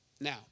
Now